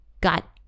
got